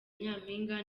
nyampinga